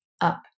up